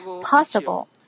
possible